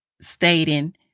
stating